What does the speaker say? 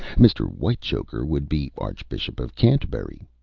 mr. whitechoker would be archbishop of canterbury,